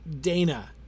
Dana